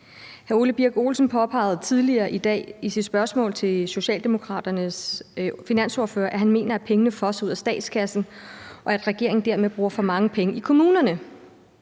Hr. Ole Birk Olesen påpegede tidligere i dag i sit spørgsmål til Socialdemokraternes finansordfører, at han mener, at pengene fosser ud af statskassen, og at regeringen dermed bruger for mange penge i kommunerne.